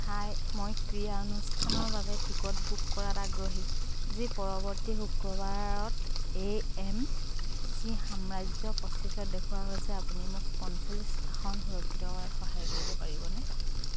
হাই মই ক্ৰীড়া অনুষ্ঠানৰ বাবে টিকট বুক কৰাত আগ্ৰহী যি পৰৱৰ্তী শুক্ৰবাৰত এ এম চি সাম্ৰাজ্য পঁচিছত দেখুওৱা হৈছে আপুনি মোক পঞ্চল্লিছ আসন সুৰক্ষিত কৰাত সহায় কৰিব পাৰিবনে